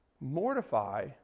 mortify